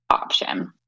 option